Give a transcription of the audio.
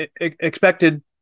Expected